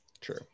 true